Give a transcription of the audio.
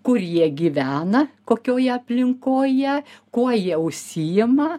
kur jie gyvena kokioje aplinkoje kuo jie užsiima